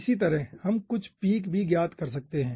इसी तरह हम कुछ पीक भी ज्ञात कर सकते है